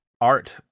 art